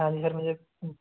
हाँ जी सर मुझे